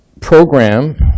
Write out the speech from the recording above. program